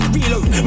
Reload